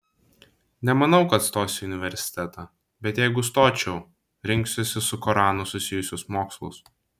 nemanau kad stosiu į universitetą bet jeigu stočiau rinksiuosi su koranu susijusius mokslus